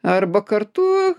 arba kartu